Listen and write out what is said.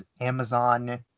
Amazon